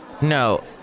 No